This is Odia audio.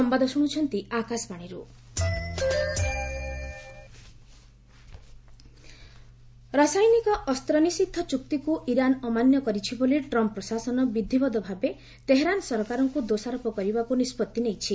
ୟୁଏସ୍ ଇରାନ୍ ରାସାୟନିକ ଅସ୍ତ ନିଷିଦ୍ଧ ଚୁକ୍ତିକୁ ଇରାନ୍ ଅମାନ୍ୟ କରିଛି ବୋଲି ଟ୍ରମ୍ପ ପ୍ରଶାସନ ବିଧିବଦ୍ଧ ଭାବେ ତେହେରାନ ସରକାରଙ୍କୁ ଦୋଷାରୋପ କରିବାକୁ ନିଷ୍କଭି ନେଇଛି